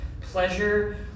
pleasure